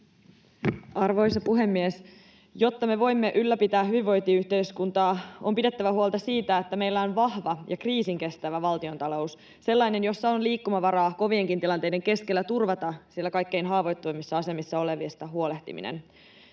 Arvoisa puhemies! Jotta me voimme ylläpitää hyvinvointiyhteiskuntaa, on pidettävä huolta siitä, että meillä on vahva ja kriisinkestävä valtiontalous, sellainen, jossa on liikkumavaraa kovienkin tilanteiden keskellä turvata siellä kaikkein haavoittuvimmissa asemissa olevista huolehtiminen.